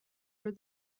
were